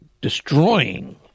destroying